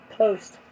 Post